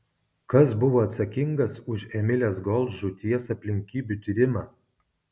kas buvo atsakingas už emilės gold žūties aplinkybių tyrimą